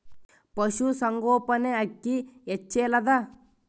ಪಶುಸಂಗೋಪನೆ ಅಕ್ಕಿ ಹೆಚ್ಚೆಲದಾ?